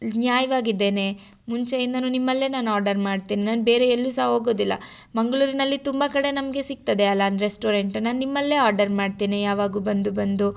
ನ್ಯಾಯವಾಗಿದ್ದೇನೆ ಮುಂಚೆಯಿಂದಲು ನಿಮ್ಮಲ್ಲೇ ನಾನು ಆರ್ಡರ್ ಮಾಡ್ತೀನಿ ನಾನು ಬೇರೆ ಎಲ್ಲೂ ಸಹ ಹೋಗುದಿಲ್ಲ ಮಂಗಳೂರಿನಲ್ಲಿ ತುಂಬ ಕಡೆ ನಮಗೆ ಸಿಗ್ತದೆ ಅಲ್ಲಾ ರೆಸ್ಟೋರೆಂಟ್ ನಾನು ನಿಮ್ಮಲ್ಲೇ ಆರ್ಡರ್ ಮಾಡ್ತೀನಿ ಯಾವಾಗ್ಲು ಬಂದು ಬಂದು